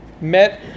met